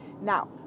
Now